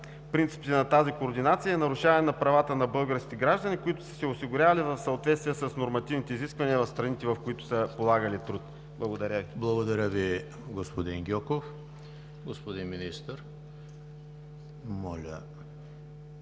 принципите на тази координация и нарушаване правата на българските граждани, които са се осигурявали в съответствие с нормативните изисквания от страните, в които са полагали труд? Благодаря Ви. ПРЕДСЕДАТЕЛ ЕМИЛ ХРИСТОВ: Благодаря Ви, господин Гьоков. Господин Министър, имате